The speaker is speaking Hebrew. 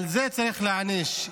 ועל זה צריך להעניש.